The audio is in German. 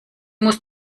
muss